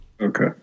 Okay